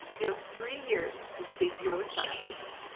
you have three years to complete your requirements.